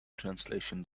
translation